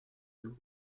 tôt